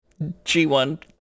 G1